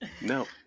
no